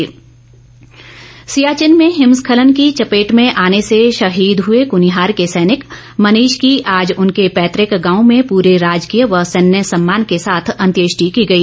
शहीद सियाचिन में हिमस्खलन की चपेट में आने से शहीद हुए कुनिहार के सैनिक मनीष की आज उनके पैतक गांव में पूरे राजकीय व सैन्य सम्मान के साथ अंत्येष्टि की गई